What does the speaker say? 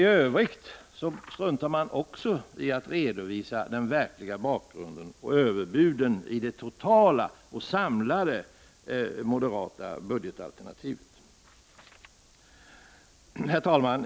I övrigt struntar man också i att redovisa den verkliga bakgrunden och överbuden i det samlade moderata budgetalternativet. Herr talman!